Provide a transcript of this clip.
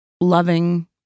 loving